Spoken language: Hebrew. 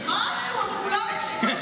כולם מקשיבים לך.